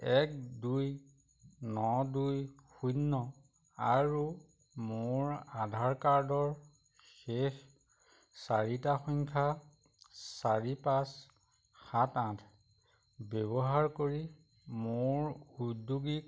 এক দুই ন দুই শূন্য আৰু মোৰ আধাৰ কাৰ্ডৰ শেষ চাৰিটা সংখ্যা চাৰি পাঁচ সাত আঠ ব্যৱহাৰ কৰি মোৰ ঔদ্যোগিক